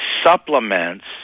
supplements